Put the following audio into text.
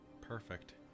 perfect